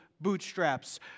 bootstraps